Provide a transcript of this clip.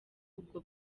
ubwo